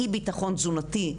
אי בטחון תזונתי,